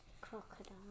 crocodile